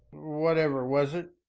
whatever was it?